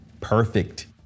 perfect